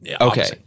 Okay